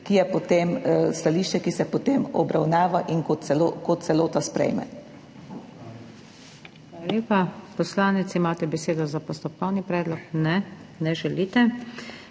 stališče, ki se obravnava in kot celota sprejme.